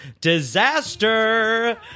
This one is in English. disaster